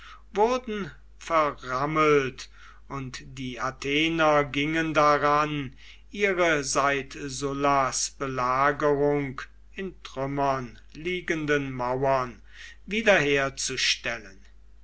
wurden verrammelt und die athener gingen daran ihre seit sullas belagerung in trümmern liegenden mauern